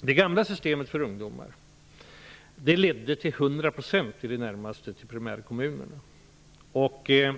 Det gamla systemet för ungdomar ledde i det närmaste till 100 % till primärkommunerna.